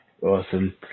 Awesome